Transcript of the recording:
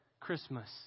christmas